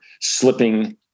slipping